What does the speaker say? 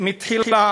מלכתחילה